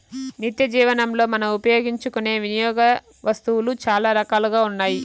నిత్యజీవనంలో మనం ఉపయోగించుకునే వినియోగ వస్తువులు చాలా రకాలుగా ఉన్నాయి